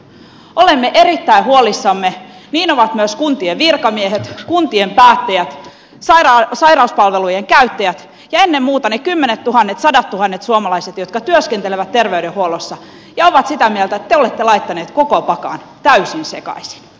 olemme erittäin huolissamme niin ovat myös kuntien virkamiehet kuntien päättäjät sairauspalvelujen käyttäjät ja ennen muuta ne kymmenettuhannet sadattuhannet suomalaiset jotka työskentelevät terveydenhuollossa ja ovat sitä mieltä että te olette laittaneet koko pakan täysin sekaisin